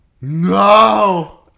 No